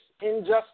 injustice